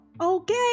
okay